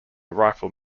rifle